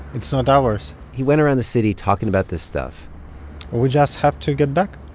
it's not ours he went around the city talking about this stuff we just have to get back.